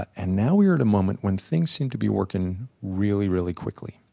and now we are at a moment when things seem to be working really really quickly.